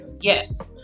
Yes